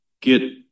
get